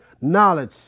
Knowledge